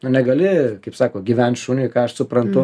nu negali kaip sako gyvent šuniui ką aš suprantu